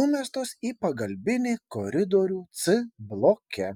numestos į pagalbinį koridorių c bloke